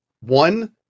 one